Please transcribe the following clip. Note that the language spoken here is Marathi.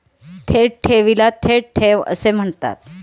थेट ठेवीला थेट ठेव असे म्हणतात